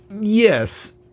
Yes